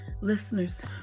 Listeners